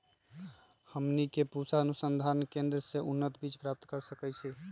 हमनी के पूसा अनुसंधान केंद्र से उन्नत बीज प्राप्त कर सकैछे?